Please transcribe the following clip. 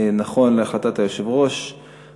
נכון להחלטת היושב-ראש,